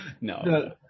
No